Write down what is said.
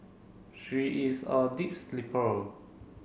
she is a deep sleeper